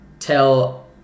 Tell